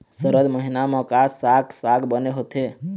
सरद महीना म का साक साग बने होथे?